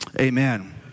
Amen